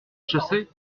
chassez